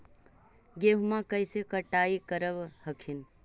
गेहुमा कैसे कटाई करब हखिन?